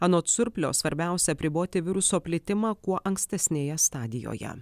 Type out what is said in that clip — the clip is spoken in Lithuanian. anot surplio svarbiausia apriboti viruso plitimą kuo ankstesnėje stadijoje